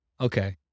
okay